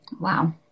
wow